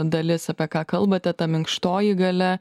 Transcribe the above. dalis apie ką kalbate ta minkštoji galia